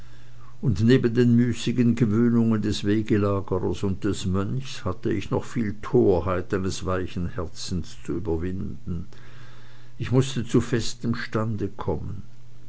und neben den müßigen gewöhnungen des wegelagerers und des mönches hatte ich noch viel torheit eines weichen herzens zu überwinden ich mußte zu festem stande kommen